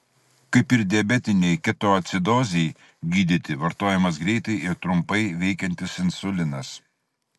kaip ir diabetinei ketoacidozei gydyti vartojamas greitai ir trumpai veikiantis insulinas